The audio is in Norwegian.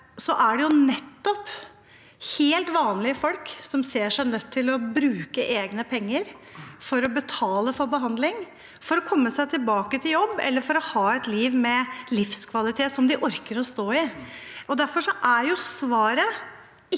nettopp helt vanlige folk som ser seg nødt til å bruke egne penger for å betale for behandling, for å komme seg tilbake til jobb eller for å ha et liv med livskvalitet som de orker å stå i. Derfor er svaret ikke